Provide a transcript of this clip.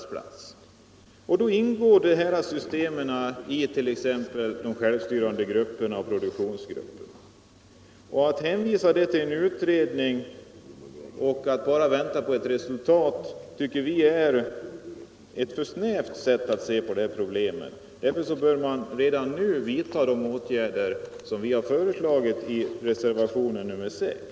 Gruppträning, utvecklingssamtal och sensitivitetsträning ingår i ett system, där man via de självstyrande produktionsgrupperna skall ta bort själva orsakerna till att en människa inte trivs på en arbetsplats. Att hänvisa till en utredning och bara vänta på dess resultat tycker vi är ett för snävt sätt att se på detta problem. Man bör redan nu vidta de åtgärder som vi har föreslagit i reservationen 6.